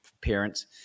parents